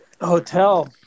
hotel